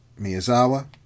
Miyazawa